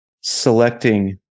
selecting